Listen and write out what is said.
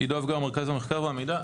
עידו אבגר, מרכז המחקר והמידע.